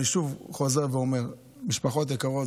אני שוב חוזר ואומר: משפחות יקרות,